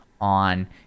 on